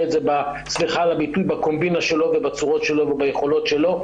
את זה בקומבינה שלו ובצורות שלו וביכולות שלו.